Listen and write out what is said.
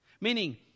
Meaning